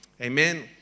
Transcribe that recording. Amen